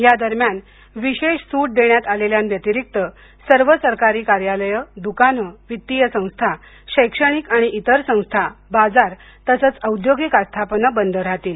या दरम्यान विशेष सूट देण्यात आलेल्यांव्यतिरिक्त सर्व सरकारी कार्यालय दुकाने वित्तीय संस्था शैक्षणिक आणि इतर संस्था बाजार तसंच औद्योगिक आस्थापने बंद राहतील